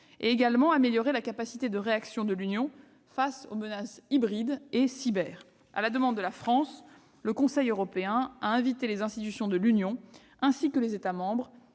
aux, et améliorer la capacité de réaction de l'Union face aux menaces hybrides et cyber. À la demande de la France, le Conseil a invité les institutions de l'Union européenne, ainsi que les États membres,